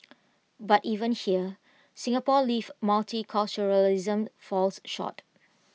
but even here Singapore's lived multiculturalism falls short